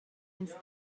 ins